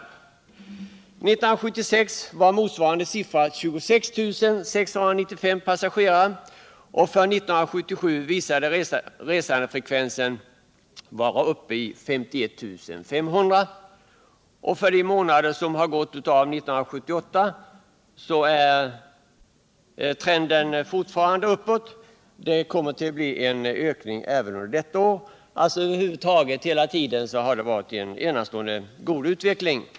1976 var motsvarande siffra 26 695 och för 1977 var resandefrekvensen uppe i 51 500. För de månader som gått 1978 har trenden fortfarande varit uppåtgående. Det kommer att bli en ökning även under detta år. Det har alltså hela tiden varit en enastående god utveckling.